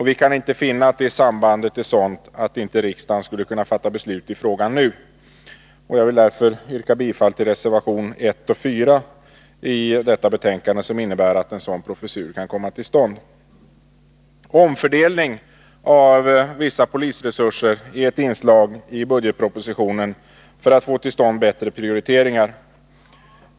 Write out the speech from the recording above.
Vi kan inte finna att detta samband är sådant att riksdagen inte skulle kunna fatta beslut i frågan nu. Jag vill därför yrka bifall till reservationerna 1 och 4 vid justitieutskottets betänkande nr 20, där det framhålls att en sådan professur bör komma till stånd. Omfördelning av vissa polisresurser är ett inslag i budgetpropositionen vilket syftar till att få till stånd bättre prioriteringar.